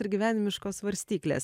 ir gyvenimiškos svarstyklės